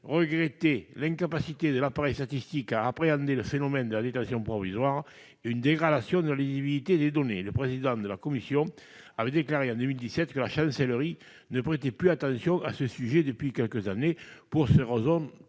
déplorait l'incapacité de l'appareil statistique à appréhender le phénomène de la détention provisoire, ainsi qu'une dégradation de la lisibilité des données. Son président avait déclaré en 2017 que la chancellerie ne prêtait plus attention à ce sujet depuis quelques années. Pour ces raisons,